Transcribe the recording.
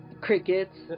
Crickets